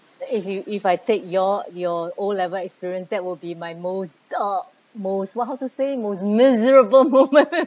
if you if I take your your O-level experience that will be my most uh most how to say most miserable movement